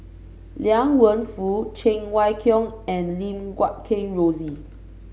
Liang Wenfu Cheng Wai Keung and Lim Guat Kheng Rosie